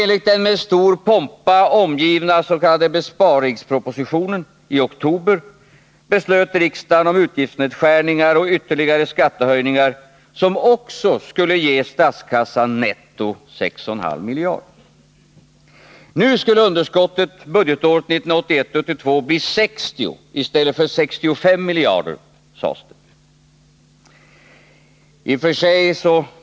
Enligt den med stor pompa omgivna s.k. besparingspropositionen i oktober beslöt riksdagen om utgiftsnedskärningar och ytterligare skattehöjningar, vilka också skulle ge statskassan netto 6,5 miljarder kronor. Nu skulle underskottet 1981/82 bli 60 i stället för 65 miljarder, sades det.